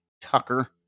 Tucker